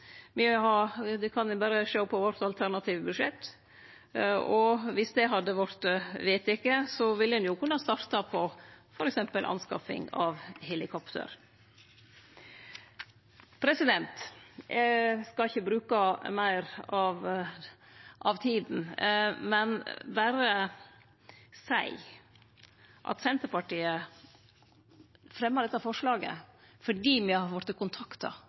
kan berre sjå på vårt alternative budsjett. Viss det hadde vorte vedteke, ville ein kunne starte på f.eks. anskaffing av helikopter. Eg skal ikkje bruke meir tid, men berre seie at Senterpartiet fremja dette forslaget fordi me har vorte kontakta